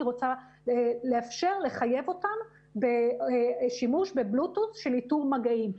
רוצה לאפשר לחייב אותם בשימוש בבלוטות' של איתור מגעים.